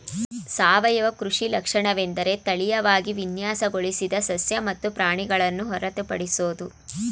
ಸಾವಯವ ಕೃಷಿ ಲಕ್ಷಣವೆಂದರೆ ತಳೀಯವಾಗಿ ವಿನ್ಯಾಸಗೊಳಿಸಿದ ಸಸ್ಯ ಮತ್ತು ಪ್ರಾಣಿಗಳನ್ನು ಹೊರತುಪಡಿಸೋದು